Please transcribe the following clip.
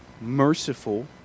merciful